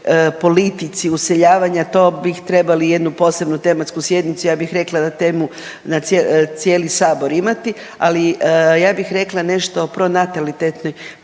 politici useljavanja, to bi trebali jednu posebnu tematsku sjednicu, ja bih rekla na temu cijeli sabor imati. Ali ja bih rekla nešto o pronatalitetnoj